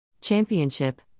Championship